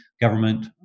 government